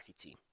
team